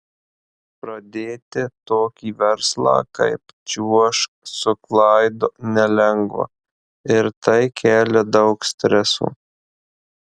pradėti tokį verslą kaip čiuožk su klaidu nelengva ir tai kelia daug streso